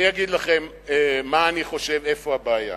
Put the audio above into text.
אני אגיד לכם מה אני חושב, איפה הבעיה.